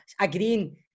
Agreeing